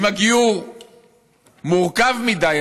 אם הגיור מורכב לך מדי,